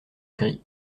gris